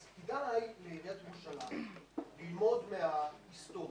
אז כדאי לעיריית ירושלים ללמוד מההיסטוריה,